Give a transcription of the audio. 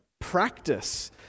practice